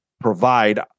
provide